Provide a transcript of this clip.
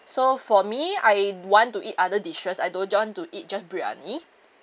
so for me I want to eat other dishes I don't want to eat just briyani